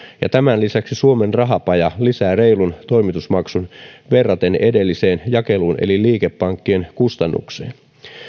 ja tämän lisäksi suomen rahapaja lisää reilun toimitusmaksun verraten edelliseen jakeluun eli liikepankkien kustannukseen